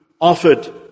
offered